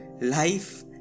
life